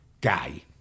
guy